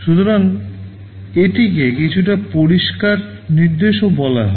সুতরাং এটিকে কিছুটা পরিষ্কার নির্দেশও বলা হয়